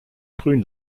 grün